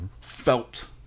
felt